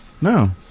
no